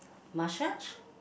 massage